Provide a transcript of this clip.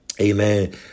amen